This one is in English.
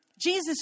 Jesus